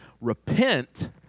Repent